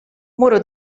muro